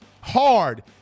Hard